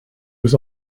was